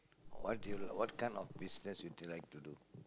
what do you look what kind of business would you like to do